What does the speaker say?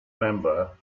member